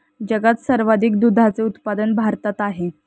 जगात सर्वाधिक दुधाचे उत्पादन भारतात आहे